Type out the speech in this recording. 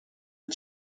the